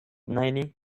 ninety